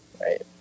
Right